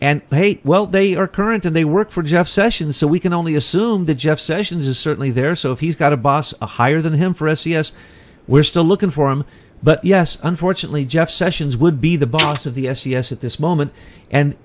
they hate well they are current and they work for jeff sessions so we can only assume that jeff sessions is certainly there so if he's got a boss a higher than him for s c s we're still looking for him but yes unfortunately jeff sessions would be the boss of the s e s at this moment and